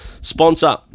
sponsor